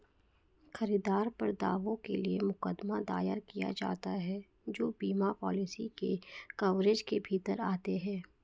खरीदार पर दावों के लिए मुकदमा दायर किया जाता है जो बीमा पॉलिसी के कवरेज के भीतर आते हैं